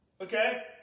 okay